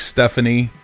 Stephanie